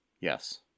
Yes